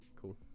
Cool